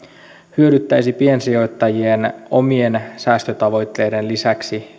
hyödyttäisi piensijoittajien omien säästötavoitteiden lisäksi